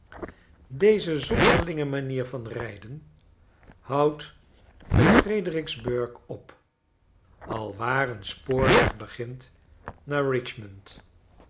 deze zonderlinge manier van rijden houdt te predericksburgh op alwaar een spoorweg begint naar richmond